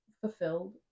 fulfilled